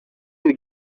you